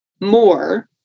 more